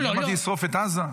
אני אמרתי לשרוף את עזה?